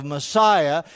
Messiah